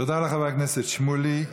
תודה לחבר הכנסת שמולי.